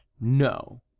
no